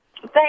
Thank